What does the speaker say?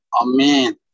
Amen